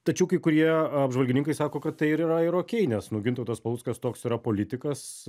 tačiau kai kurie apžvalgininkai sako kad tai ir yra ir okei nes nu gintautas paluckas toks yra politikas